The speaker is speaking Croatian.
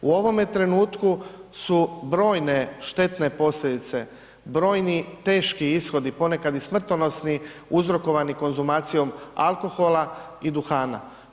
U ovome trenutku su brojne štetne posljedice, brojni teški ishodi, ponekad i smrtonosni uzrokovani konzumacijom alkohola i duhana.